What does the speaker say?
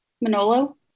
Manolo